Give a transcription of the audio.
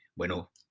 Bueno